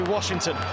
Washington